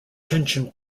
tension